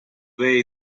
way